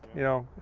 you know.